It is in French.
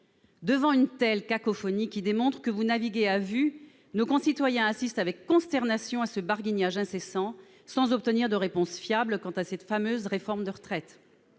Une telle cacophonie démontre que le Gouvernement navigue à vue, et nos concitoyens assistent avec consternation à ce barguignage incessant sans obtenir de réponse fiable quant à cette fameuse réforme des retraites.